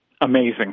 amazing